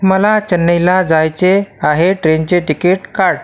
मला चेन्नईला जायचे आहे ट्रेनचे टिकीट काढ